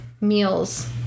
meals